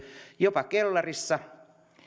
jopa kellarissa